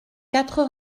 quatre